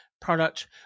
product